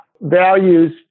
Values